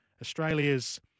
Australia's